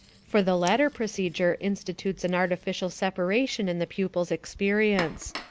for the latter procedure institutes an artificial separation in the pupils' experience.